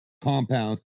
compound